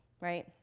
right